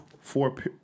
four